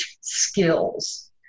skills